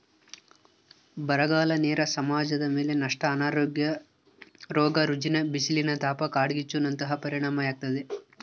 ಬರಗಾಲ ನೇರ ಸಮಾಜದಮೇಲೆ ನಷ್ಟ ಅನಾರೋಗ್ಯ ರೋಗ ರುಜಿನ ಬಿಸಿಲಿನತಾಪ ಕಾಡ್ಗಿಚ್ಚು ನಂತಹ ಪರಿಣಾಮಾಗ್ತತೆ